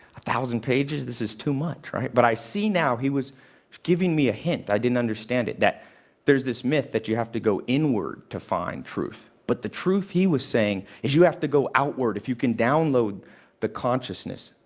thousand pages? this is too much. but i see now, he was giving me a hint, i didn't understand it. there's this myth that you have to go inward to find truth. but the truth he was saying is you have to go outward. if you can download the consciousness,